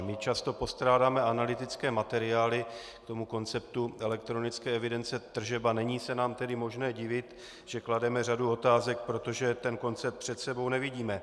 My často postrádáme analytické materiály k tomu konceptu elektronické evidence tržeb, a není se nám tedy možné divit, že klademe řadu otázek, protože ten koncept před sebou nevidíme.